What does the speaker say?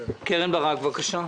קרן ברק, בבקשה.